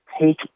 take